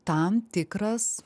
tam tikras